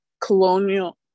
colonial